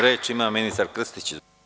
Reč ima ministar Krstić.